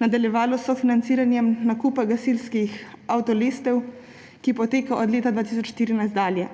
nadaljevalo sofinanciranje nakupa gasilskih avtolestev, ki poteka od leta 2014 dalje.